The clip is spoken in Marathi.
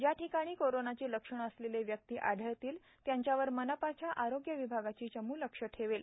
ज्या ठिकाणी कोरोनाची लक्षणे असलेले व्यक्ती आढळतील त्यांच्यावर मनपाच्या आरोग्य विभागाची चम् लक्ष ठेवेल